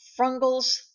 frungles